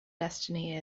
destiny